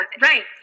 Right